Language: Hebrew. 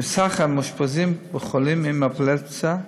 ומספר המאושפזים שהם חולים עם אפילפסיה,